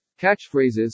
catchphrases